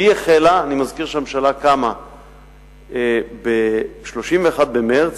אני מזכיר שהממשלה קמה ב-31 במרס.